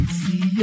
see